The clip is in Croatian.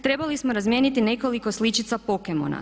Trebali smo razmijeniti nekoliko sličica pokemona.